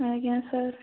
ଆଜ୍ଞା ସାର୍